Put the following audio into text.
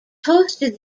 hosted